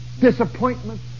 disappointment